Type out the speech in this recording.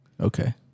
Okay